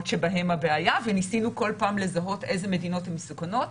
שבהן הבעיה וניסינו כל פעם לזהות אילו מדינות מסוכנות.